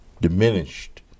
diminished